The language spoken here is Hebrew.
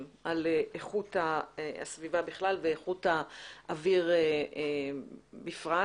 על איכות הסביבה בכלל ואיכות האוויר בפרט.